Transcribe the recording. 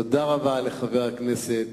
תודה רבה לחבר הכנסת